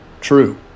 true